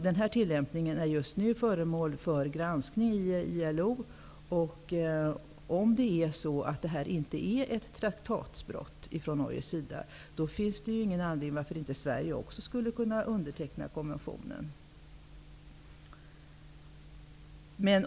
Denna tillämpning är just nu föremål för granskning i ILO. Om det anses att denna tolkning inte strider mot konventionen, finns det inga hinder för Sverige att också ratificera konventionen.